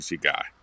guy